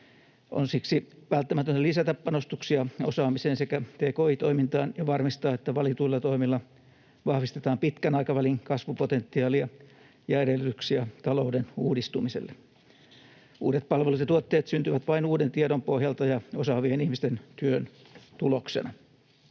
On siksi välttämätöntä lisätä panostuksia osaamiseen sekä tki-toimintaan ja varmistaa, että valituilla toimilla vahvistetaan pitkän aikavälin kasvupotentiaalia ja edellytyksiä talouden uudistumiselle. Uudet palvelut ja tuotteet syntyvät vain uuden tiedon pohjalta ja osaavien ihmisten työn tuloksena.